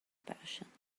patient